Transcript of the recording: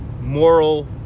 moral